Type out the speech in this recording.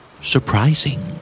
Surprising